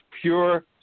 pure